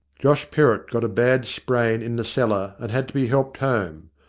josh perrott got a bad sprain in the cellar and had to be helped home.